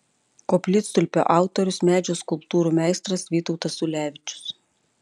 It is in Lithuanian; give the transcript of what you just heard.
koplytstulpio autorius medžio skulptūrų meistras vytautas ulevičius